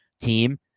team